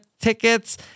tickets